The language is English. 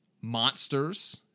monsters